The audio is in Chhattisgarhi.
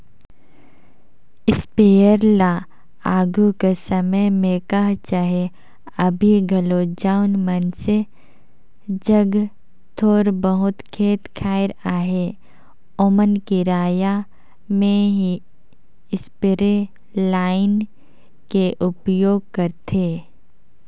इस्पेयर ल आघु कर समे में कह चहे अभीं घलो जउन मइनसे जग थोर बहुत खेत खाएर अहे ओमन किराया में ही इस्परे लाएन के उपयोग करथे